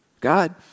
God